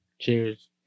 cheers